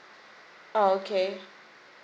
oh okay